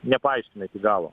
nepaaiškina iki galo